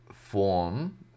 form